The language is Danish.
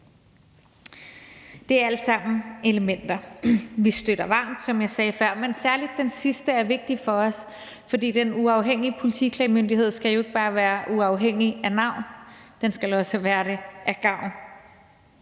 Det er alt sammen elementer, vi støtter varmt, som jeg sagde før, men særlig det sidste er vigtigt for os, for Den Uafhængige Politiklagemyndighed skal jo ikke bare være uafhængig af navn, den skal også være det af gavn.